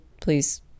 please